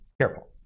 careful